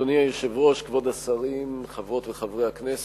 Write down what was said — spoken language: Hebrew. אדוני היושב-ראש, כבוד השרים, חברות וחברי הכנסת,